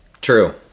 True